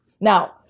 Now